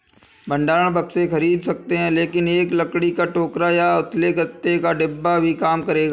भंडारण बक्से खरीद सकते हैं लेकिन एक लकड़ी का टोकरा या उथले गत्ते का डिब्बा भी काम करेगा